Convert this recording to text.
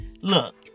Look